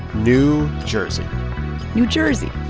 new jersey new jersey